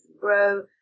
grow